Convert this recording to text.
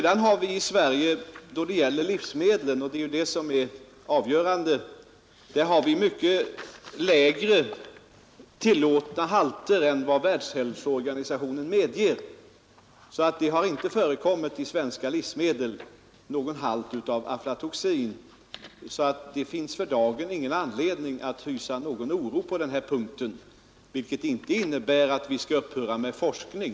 Då det gäller livsmedel har vi i Sverige, och det är ju det avgörande, mycket lägre tillåtna halter än vad Världshälsoorganisationen medger. Därför har det inte i svenska livsmedel förekommit någon halt av aflatoxin. Det finns alltså för dagen ingen anledning att hysa någon oro på den här punkten, vilket inte innebär att vi skall upphöra med forskning.